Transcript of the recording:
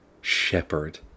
shepherd